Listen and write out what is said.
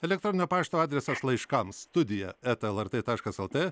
elektroninio pašto adresas laiškams studija eta lrt taškas lt